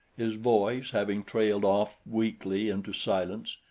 his voice having trailed off weakly into silence,